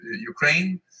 Ukraine